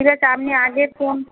ঠিক আছে আপনি আগে ফোন